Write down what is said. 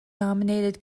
nominated